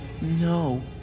No